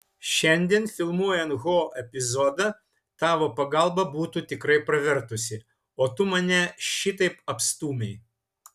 šiandien filmuojant ho epizodą tavo pagalba būtų tikrai pravertusi o tu mane šitaip apstūmei